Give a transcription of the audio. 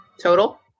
total